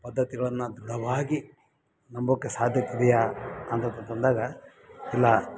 ಪದ್ಧತಿಗಳನ್ನ ದೃಢವಾಗಿ ನಂಬೋಕೆ ಸಾಧ್ಯತೆ ಇದಿಯಾ ಅಂತಂತ ಬಂದಾಗ ಇಲ್ಲ